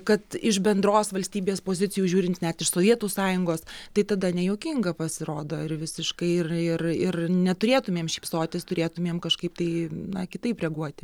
kad iš bendros valstybės pozicijų žiūrint net iš sovietų sąjungos tai tada nejuokinga pasirodo ir visiškai ir ir ir neturėtumėm šypsotis turėtumėm kažkaip tai na kitaip reaguoti